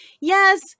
yes